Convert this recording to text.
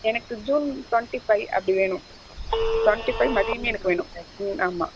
எனக்கு June twenty five அப்படி வேணும் டுவென்ட்டி ஃபைவ் மதியமே எனக்கு வேணும் ஆமாம்